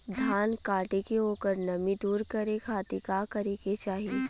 धान कांटेके ओकर नमी दूर करे खाती का करे के चाही?